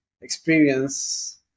experience